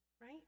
right